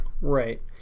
Right